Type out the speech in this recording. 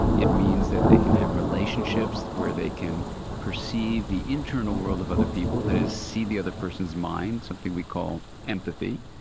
it means that they can have relationships where they can perceive the internal world of other people, that is see the other person's mind, something we call empathy.